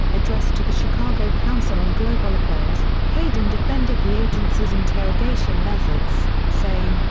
address to the chicago council on global affairs, hayden defended the agency's interrogation methods, saying,